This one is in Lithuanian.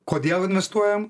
kodėl investuojam